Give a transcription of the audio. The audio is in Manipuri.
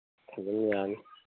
ꯑꯗꯨꯝ ꯌꯥꯅꯤ